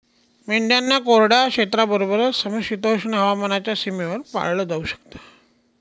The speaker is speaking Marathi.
मेंढ्यांना कोरड्या क्षेत्राबरोबरच, समशीतोष्ण हवामानाच्या सीमेवर पाळलं जाऊ शकत